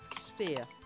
sphere